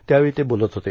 त्यावेळी ते बोलत होते